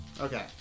Okay